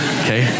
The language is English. okay